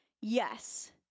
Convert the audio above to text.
yes